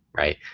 right?